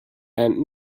and